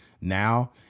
now